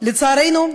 לצערנו,